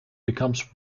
becomes